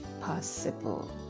possible